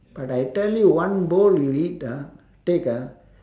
but I tell you one bowl you eat ah take ah